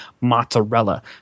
mozzarella